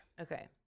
Okay